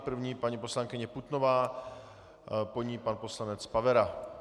První paní poslankyně Putnová, po ní pan poslanec Pavera.